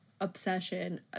obsession